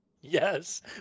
Yes